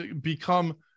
become